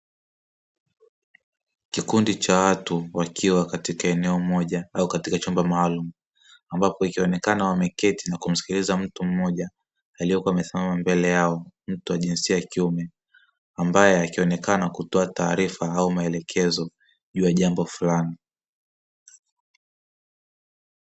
Kikundi cha watu wakiwa katika eneo moja au katika chumba maalumu, ambapo wakionekana wameketi na kumsikiliza mtu mmoja aliyekua amesimama mbele yao, mtu wa jinsia ya kiume ambae akionekana kutoa taarifa au maelekezo juu ya jambo fulani.